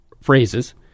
phrases